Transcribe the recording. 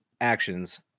Actions